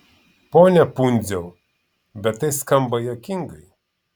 pone pundziau bet tai skamba juokingai